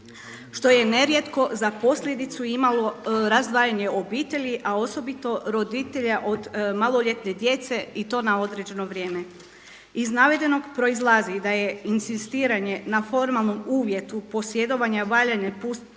što je nerijetko za posljedicu imalo razdvajanje obitelji, a osobito roditelja od maloljetne djece i to na određeno vrijeme. Iz navedenog proizlazi da je inzistiranje na formalnom uvjetu posjedovanja valjane putne